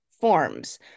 forms